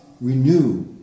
renew